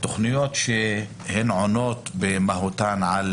התכניות שעונות במהותן על